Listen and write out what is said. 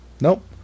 Nope